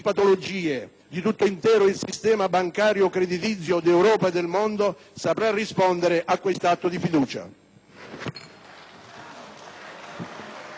di tutto intero il sistema bancario e creditizio d'Europa e del mondo, sapranno rispondere a tale atto di fiducia.